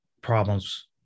problems